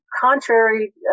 contrary